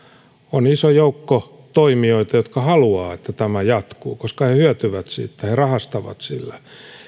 on iso joukko toimijoita jotka haluavat että tämä jatkuu koska he hyötyvät siitä he rahastavat sillä